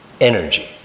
energy